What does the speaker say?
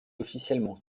officiellement